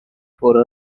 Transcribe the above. for